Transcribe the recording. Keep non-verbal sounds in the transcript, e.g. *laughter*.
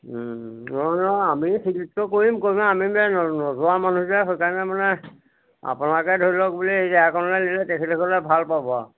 ও আমি *unintelligible* নোযোৱা মানুহ যে সেইকাৰণে মানে আপোনালোকে ধৰি লওক *unintelligible* তেখেতসকলে ভাল পাব আৰু